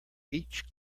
each